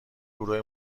گروه